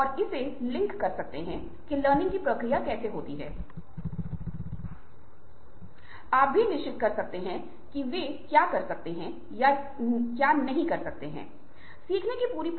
एक और बात हो सकती है कॉम्प्रोमाइज़र कई बार हम समझौता करते हैं की अगर आप मेरे लिए ऐसा करते हैं तो मैं आपके लिए यह करूँगा